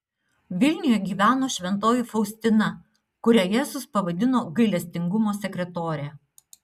vilniuje gyveno šventoji faustina kurią jėzus pavadino gailestingumo sekretore